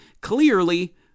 Clearly